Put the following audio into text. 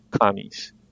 commies